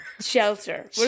shelter